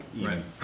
Right